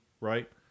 right